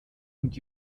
und